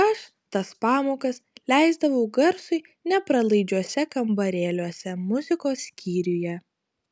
aš tas pamokas leisdavau garsui nepralaidžiuose kambarėliuose muzikos skyriuje